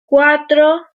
cuatro